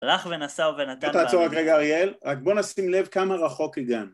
הלך ונשאו ונתן באבירים. תעצור רק רגע אריאל, רק בוא נשים לב כמה רחוק הגענו